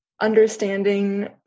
understanding